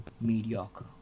mediocre